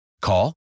Call